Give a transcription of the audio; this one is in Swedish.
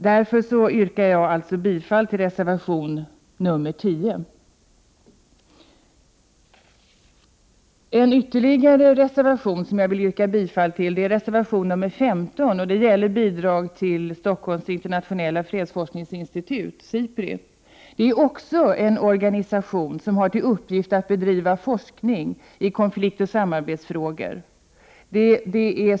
Därför yrkar jag bifall till reservation 10. En annan reservation som jag vill yrka bifall till är reservation 15 som gäller bidrag till Stockholms internationella fredsforskningsinstitut, SIPRI. Det är också en organisation som har till uppgift att bedriva forskning i konfliktoch samarbetsfrågor.